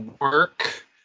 work